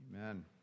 Amen